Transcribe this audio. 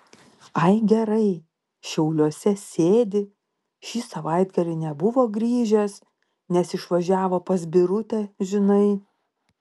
ai gerai šiauliuose sėdi šį savaitgalį nebuvo grįžęs nes išvažiavo pas birutę žinai